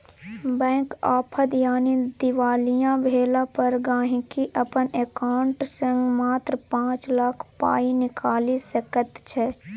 bank आफद यानी दिवालिया भेला पर गांहिकी अपन एकांउंट सँ मात्र पाँच लाख पाइ निकालि सकैत छै